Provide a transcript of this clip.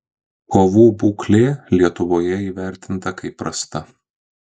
kovų būklė lietuvoje įvertinta kaip prasta